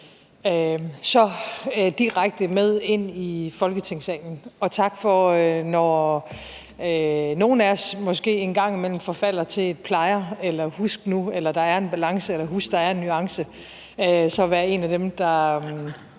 så direkte med ind i Folketingssalen, og tak for, når nogle af os måske en gang imellem forfalder til et »plejer« eller et »husk nu«, eller »husk, at der er en balance«, eller »husk, der er en nuance«, så at være en af dem, der